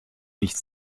nicht